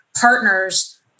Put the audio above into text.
partners